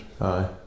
Aye